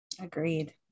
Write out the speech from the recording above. Agreed